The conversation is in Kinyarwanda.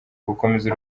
gukomeza